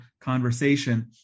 conversation